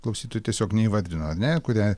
klausytoja tiesiog neįvardino ane kurią